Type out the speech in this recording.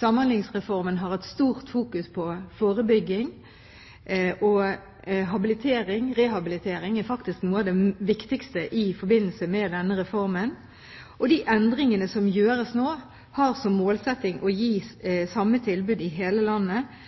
Samhandlingsreformen har et stort fokus på forebygging, og habilitering og rehabilitering er faktisk noe av viktigste i forbindelse med denne reformen. De endringene som gjøres nå, har som målsetting å gi samme tilbud i hele landet.